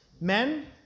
Men